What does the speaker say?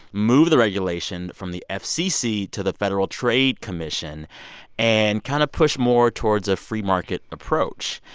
move the regulation from the ah fcc to the federal trade commission and kind of push more towards a free-market approach.